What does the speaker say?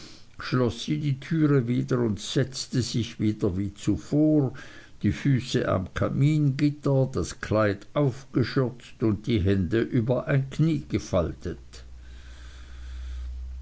schloß sie die tür wieder und setzte sich nieder wie zuvor die füße am kamingitter das kleid aufgeschürzt und die hände über ein knie gefaltet